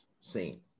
seen